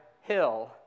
hill